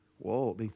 Whoa